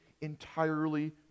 entirely